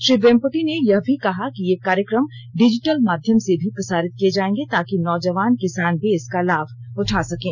श्री वेम्पटि ने यह भी कहा कि ये कार्यक्रम डिजिटल माध्यम से भी प्रसारित किए जाएंगे ताकि नौजवान किसान भी इसका लाभ उठा सकें